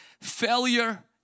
failure